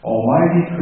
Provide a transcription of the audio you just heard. Almighty